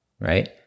right